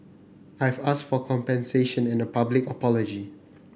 I've asked for compensation and a public apology